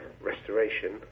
Restoration